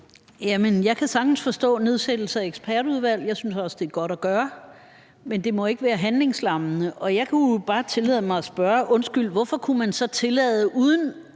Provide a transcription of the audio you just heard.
jeg kan sagtens forstå nedsættelsen af et ekspertudvalg, og jeg synes også, at det er godt at gøre det, men det må ikke være handlingslammende. Jeg kunne jo bare tillade mig at spørge: Undskyld, hvorfor kunne man så uden